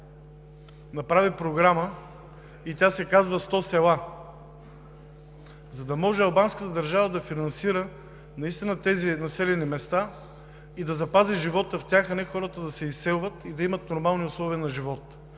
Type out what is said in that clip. направи програма и тя се казва „Сто села“, за да може албанската държава да финансира тези населени места, да запази живота в тях, хората да имат нормални условия на живот,